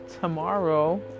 tomorrow